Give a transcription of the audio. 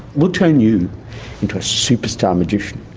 we'll turn you into a superstar magician.